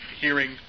hearing